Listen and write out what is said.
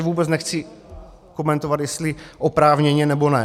A teď vůbec nechci komentovat, jestli oprávněně, nebo ne.